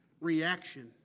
reaction